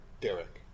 Derek